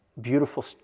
beautiful